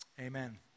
Amen